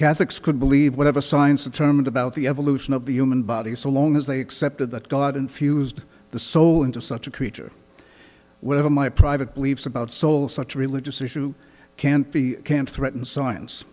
catholics could believe whatever science determined about the evolution of the human body so long as they accepted that god infused the soul into such a creature whenever my private beliefs about souls such religious issue can't be can't threaten science